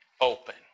open